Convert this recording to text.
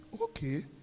Okay